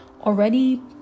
Already